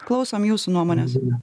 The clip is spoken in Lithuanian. klausom jūsų nuomonės